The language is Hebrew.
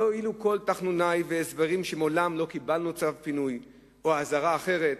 לא הועילו כל תחנוני והסברים שמעולם לא קיבלנו צו פינוי או אזהרה אחרת.